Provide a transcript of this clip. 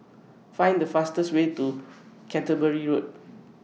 Find The fastest Way to Canterbury Road